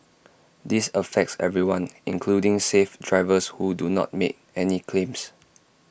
this affects everyone including safe drivers who do not make any claims